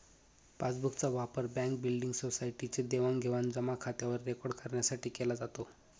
passbook चा वापर bank, building, society चे देवाणघेवाण जमा खात्यावर रेकॉर्ड करण्यासाठी केला जातो